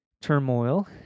turmoil